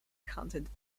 content